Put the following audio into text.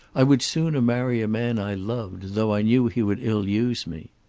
i would sooner marry a man i loved, though i knew he would ill-use me.